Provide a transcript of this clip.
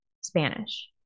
Spanish